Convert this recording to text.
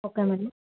okay madam